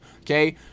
okay